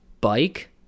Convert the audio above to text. Bike